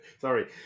sorry